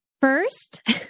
First